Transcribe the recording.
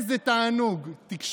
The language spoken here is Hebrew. שהשונאים שלי ידברו ולא יקשיבו להם.